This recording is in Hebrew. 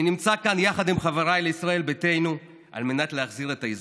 אני נמצא כאן יחד עם חבריי בישראל ביתנו על מנת להחזיר את האיזון,